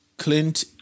Clint